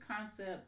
concept